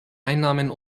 einnahmen